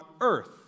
earth